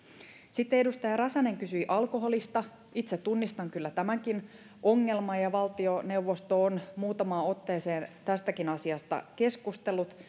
sitten edustaja räsänen kysyi alkoholista itse tunnistan kyllä tämänkin ongelman ja valtioneuvosto on muutamaan otteeseen tästäkin asiasta keskustellut